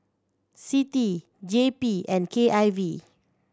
CITI J P and K I V